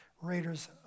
Raiders